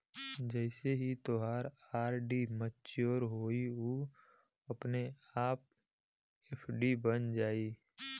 जइसे ही तोहार आर.डी मच्योर होइ उ अपने आप एफ.डी बन जाइ